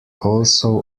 also